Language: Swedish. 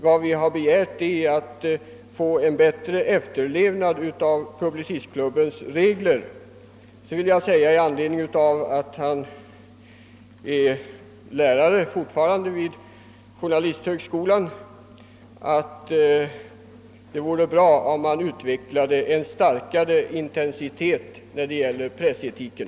Vad vi har begärt är att få en bättre efterlevnad av Publicistklubbens regler. Vidare vill jag säga med anledning av att herr Carlshamre fortfarande är lärare vid journalisthögskolan, att det vore bra, om han där utvecklade en starkare intensitet när det gäller pressetiken.